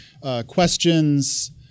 Questions